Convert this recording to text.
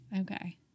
Okay